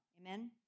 Amen